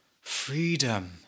freedom